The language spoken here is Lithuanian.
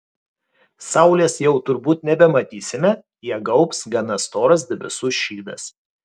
saulės jau turbūt nebematysime ją gaubs gana storas debesų šydas